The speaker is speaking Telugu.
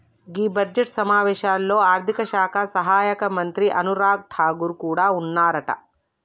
గీ బడ్జెట్ సమావేశాల్లో ఆర్థిక శాఖ సహాయక మంత్రి అనురాగ్ ఠాగూర్ కూడా ఉన్నారట